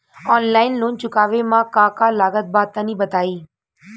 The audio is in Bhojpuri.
आनलाइन लोन चुकावे म का का लागत बा तनि बताई?